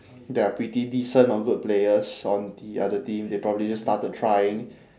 there are pretty decent or good players on the other team they probably just started trying